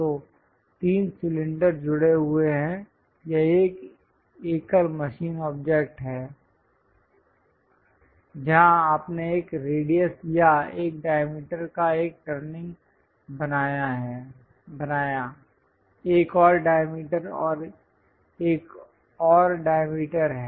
तो तीन सिलेंडर जुड़े हुए हैं या एक एकल मशीन ऑब्जेक्ट है जहां आपने एक रेडियस या एक डायमीटर का एक टर्निंग बनाया एक और डायमीटर और यह एक और डायमीटर है